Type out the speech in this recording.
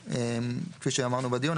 כפי שאמרנו בדיון,